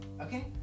okay